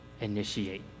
initiate